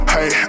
Hey